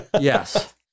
Yes